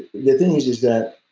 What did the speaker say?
the thing is is that,